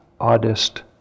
Oddest